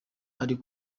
ari